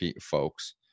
folks